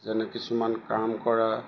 যেনে কিছুমান কাম কৰা